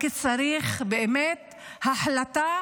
רק צריך באמת החלטה